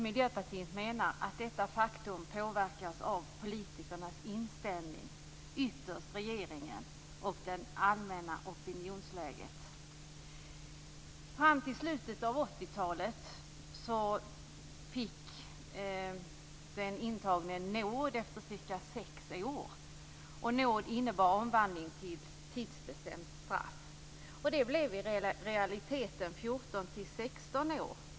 Miljöpartiet menar att detta faktum hänger samman med politikernas inställning, ytterst regeringens, och det allmänna opinionsläget. Fram till slutet av 80-talet beviljades den intagne nåd efter ca 6 år. Nåd innebar omvandling till tidsbestämt straff. Straffet blev i realiteten 14-16 år.